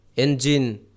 engine